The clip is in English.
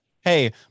Hey